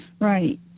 right